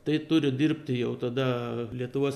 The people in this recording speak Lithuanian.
tai turi dirbti jau tada lietuvos